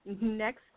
next